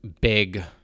big